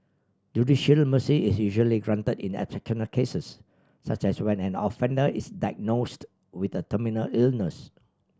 judicial mercy is usually granted in exceptional cases such as when an offender is diagnosed with a terminal illness